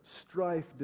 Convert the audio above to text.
strife